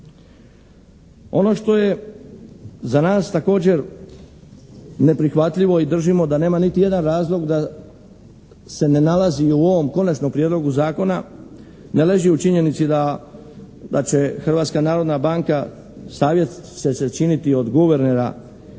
Ono što je za nas također neprihvatljivo i držimo da nema niti jedan razlog da se ne nalazi u ovom Konačnom prijedlogu zakona, ne leži u činjenici da će Hrvatska narodna banka, savjet će se činiti od guvernera